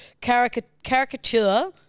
caricature